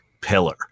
pillar